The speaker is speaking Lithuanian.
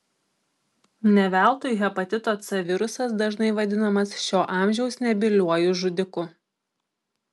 ne veltui hepatito c virusas dažnai vadinamas šio amžiaus nebyliuoju žudiku